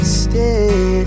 stay